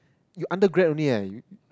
you undergrad only eh